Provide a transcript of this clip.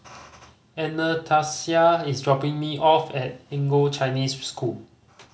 Anastasia is dropping me off at Anglo Chinese School